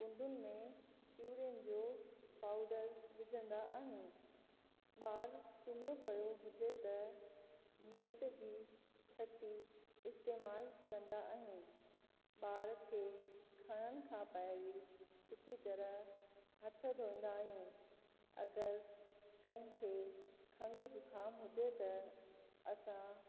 कुंडियुनि में कीड़नि जो पाउडर विझंदा आहियूं ॿारु सुम्हियो पयो हुजे त नेट जी छति इस्तेमाल कंदा आहियूं ॿार खे खणण खां पहिरीं सुठी तरह हथ धोईंदा आहियूं अगरि कंहिंखे खंघि ज़ुकाम हुजे त असां